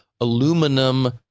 aluminum